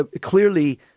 clearly